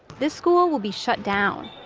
this school will be shut down,